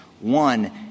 One